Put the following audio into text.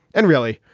and really,